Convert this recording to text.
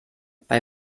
bei